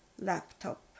laptop